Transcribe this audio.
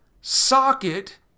socket